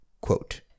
quote